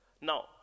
now